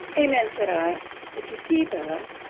amen, said i but you see, bella,